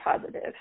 positive